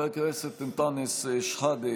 חבר הכנסת אנטאנס שחאדה,